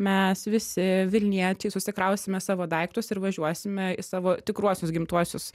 mes visi vilniečiai susikrausime savo daiktus ir važiuosime į savo tikruosius gimtuosius